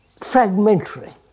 fragmentary